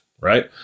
right